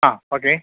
ആ ഓക്കെ